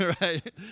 Right